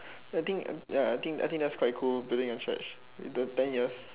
I think ya I think I think that's quite cool building a church in the ten years